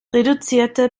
reduzierte